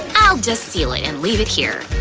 i'll just seal it and leave it here.